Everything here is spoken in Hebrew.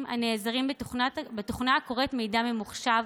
הנעזרים בתוכנות הקוראות מידע ממוחשב,